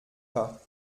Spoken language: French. pas